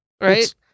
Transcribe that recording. right